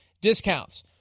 discounts